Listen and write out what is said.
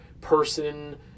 person